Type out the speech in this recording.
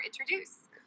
introduce